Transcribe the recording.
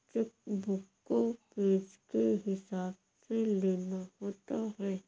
check book को page के हिसाब से लेना होता है